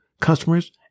customers